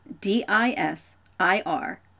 D-I-S-I-R